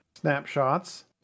snapshots